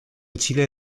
chile